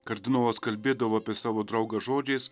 kardinolas kalbėdavo apie savo draugą žodžiais